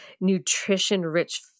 nutrition-rich